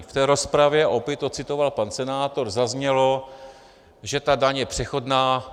K té rozpravě, a opět to citoval pan senátor, zaznělo, že ta daň je přechodná.